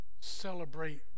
celebrate